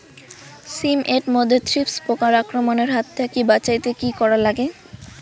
শিম এট মধ্যে থ্রিপ্স পোকার আক্রমণের হাত থাকি বাঁচাইতে কি করা লাগে?